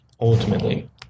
ultimately